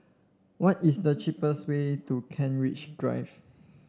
what is the cheapest way to Kent Ridge Drive